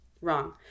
wrong